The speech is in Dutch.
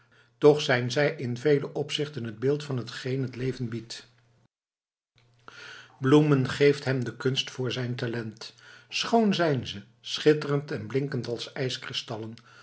toch zijn zij in vele opzichten het beeld van hetgeen het leven biedt bloemen geeft hem de kunst door zijn talent schoon zijn ze schitterend en blinkend als de ijskristallen